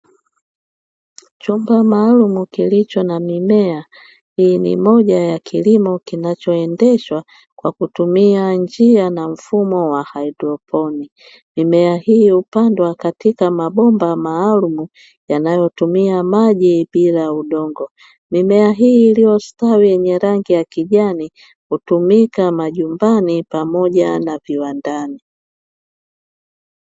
Chombo maalumu kilicho na mimea; hii ni moja ya kilimo kinachoendeshwa kwa kutumia njia na mfumo wa haidroponi. Mimea hii hupandwa katika mabomba maalumu yanayotumia maji bila udongo. Mimea hii iliyostawi yenye rangi ya kijani hutumika majumbani pamoja na viwandani.